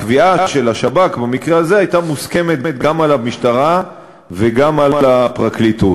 הקביעה של השב"כ במקרה הזה הייתה מוסכמת גם על המשטרה וגם על הפרקליטות.